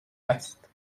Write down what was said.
است